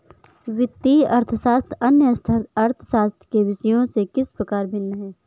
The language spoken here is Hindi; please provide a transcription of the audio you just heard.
वित्तीय अर्थशास्त्र अन्य अर्थशास्त्र के विषयों से किस प्रकार भिन्न है?